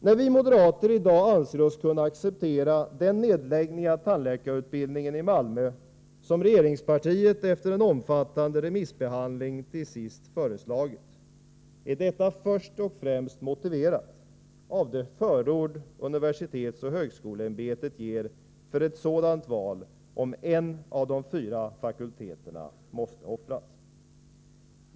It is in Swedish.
När vi moderater i dag anser oss kunna acceptera den nedläggning av tandläkarutbildningen i Malmö som regeringspartiet efter en omfattande remissbehandling till sist föreslagit är detta först och främst motiverat av det förord universitetsoch högskoleämbetet ger för ett sådant val, om en av de fyra fakulteterna måste offras.